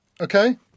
Okay